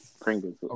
Pringles